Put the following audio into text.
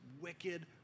wicked